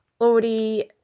already